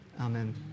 Amen